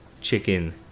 Chicken